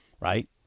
right